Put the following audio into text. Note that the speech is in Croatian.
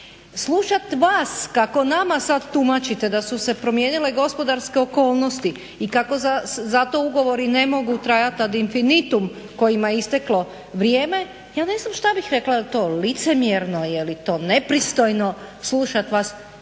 Slušat vas kako nama sad tumačite da su se promijenile gospodarske okolnosti i kako za to ugovori ne mogu trajati ad infinitum kojima je isteklo vrijeme ja ne znam šta bih rekla je li to licemjerno, je li to nepristojno slušati vas